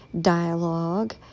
dialogue